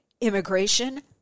immigration